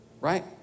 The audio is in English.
right